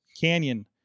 Canyon